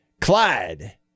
Clyde